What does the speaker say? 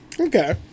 Okay